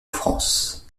france